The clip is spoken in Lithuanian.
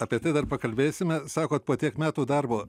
apie tai dar pakalbėsime sakot po tiek metų darbo